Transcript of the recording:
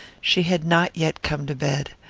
she had not yet come to bed.